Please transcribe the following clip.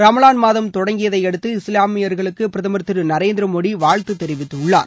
ரமலான் மாதம் தொடங்கியதையடுத்து இஸ்லாமியர்களுக்கு பிரதமர் திரு நரேந்திர மோடி வாழ்த்து தெரிவித்துள்ளார்